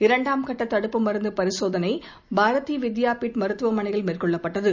இரண்டாம் கட்ட தடுப்பு மருந்து பரிசோதனை பாரதி வித்பாபீட மருத்துவமனையில் மேற்கொள்ளப்பட்டது